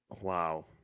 Wow